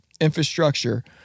infrastructure